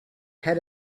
had